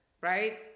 right